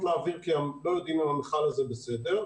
לאוויר כי לא יודעים אם המכל הזה בסדר,